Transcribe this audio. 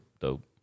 dope